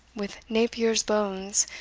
with napier's bones,